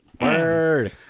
Word